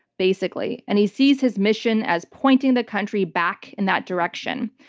basically. and he sees his mission as pointing the country back in that direction.